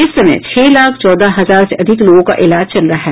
इस समय छह लाख चौदह हजार से अधिक लोगों का इलाज चल रहा है